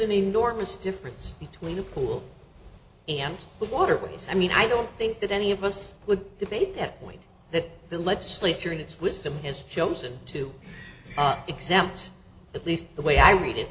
an enormous difference between a pool and the water i mean i don't think that any of us would debate that point that the legislature in its wisdom has chosen to exams at least the way i read it